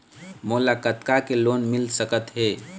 मोला कतका के लोन मिल सकत हे?